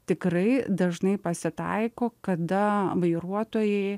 tikrai dažnai pasitaiko kada vairuotojai